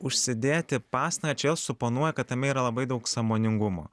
užsidėti pastą čia suponuoja kad tame yra labai daug sąmoningumo